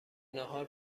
ناهار